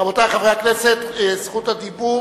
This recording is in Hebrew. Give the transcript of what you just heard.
רבותי חברי הכנסת, זכות הדיבור